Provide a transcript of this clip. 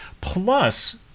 Plus